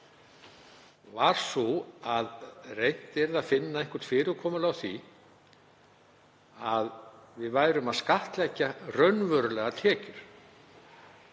var sú að reynt yrði að finna eitthvert fyrirkomulag á því að við værum að skattleggja raunverulegar tekjur